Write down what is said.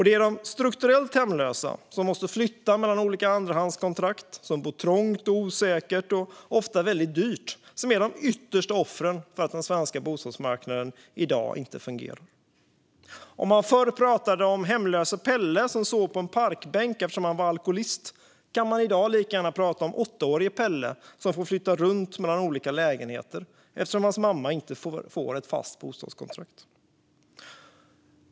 Det är de strukturellt hemlösa som måste flytta mellan olika andrahandskontrakt och som bor trångt, osäkert och ofta väldigt dyrt som är de yttersta offren för att den svenska bostadsmarknaden inte fungerar. Om man förr pratade om hemlöse Pelle som sov på en parkbänk eftersom han var alkoholist kan man i dag lika gärna prata om åttaårige Pelle som får flytta runt mellan olika lägenheter eftersom hans mamma inte får ett fast bostadskontrakt.